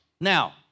Now